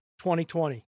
2020